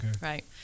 Right